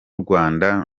rwanda